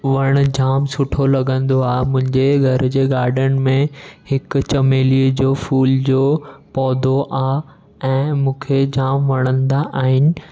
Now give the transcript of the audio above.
वण जामु सुठो लॻंदो आहे मुंहिंजे घर जे गाडन में हिकु चमेलीअ जो फूल जो पौधो आहे ऐं मूंखे जाम वणंदा आहिनि